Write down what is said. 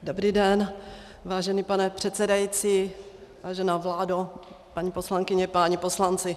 Dobrý den, vážený pane předsedající, vážená vládo, paní poslankyně, páni poslanci.